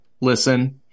listen